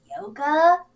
yoga